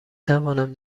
توانم